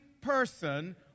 person